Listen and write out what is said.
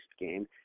game